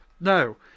No